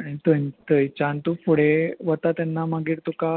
आनी थंयच्यान तूं फुडें वता तेन्ना मागीर तुका